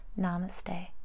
namaste